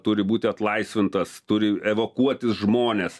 turi būti atlaisvintas turi evakuotis žmonės